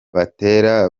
batera